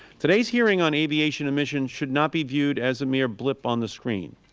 today's hearing on aviation emissions should not be viewed as a mere blip on the screen.